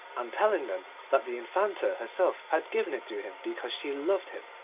and telling them that the infanta herself had given it to him because she loved him.